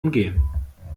umgehen